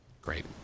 Great